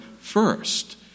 first